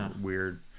weird